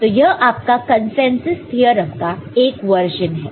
तो यह आपका कंसेंसस थ्योरम का एक वर्जन है